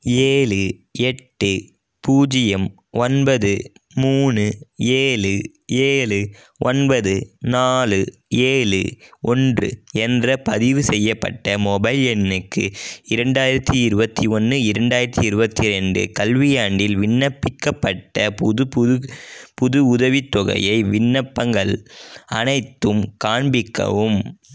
ஏழு எட்டு பூஜ்யம் ஒன்பது மூணு ஏழு ஏழு ஒன்பது நாலு ஏழு ஒன்று என்ற பதிவு செய்யப்பட்ட மொபைல் எண்ணுக்கு இரண்டாயிரத்தி இருபத்தி ஒன்று இரண்டாயிரத்தி இருபத்தி ரெண்டு கல்வியாண்டில் விண்ணப்பிக்கப்பட்ட புது புது புது உதவித்தொகையை விண்ணப்பங்கள் அனைத்தும் காண்பிக்கவும்